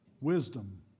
Wisdom